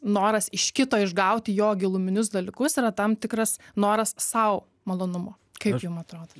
noras iš kito išgauti jo giluminius dalykus yra tam tikras noras sau malonumo kaip jum atrodo